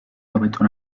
hobetu